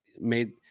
made